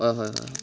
হয় হয় হয় হয়